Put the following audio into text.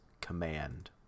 Command